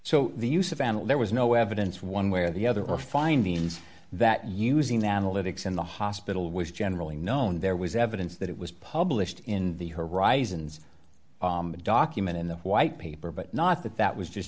anil there was no evidence one way or the other or findings that using the analytics in the hospital was generally known there was evidence that it was published in the horizons document in the white paper but not that that was just